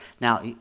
Now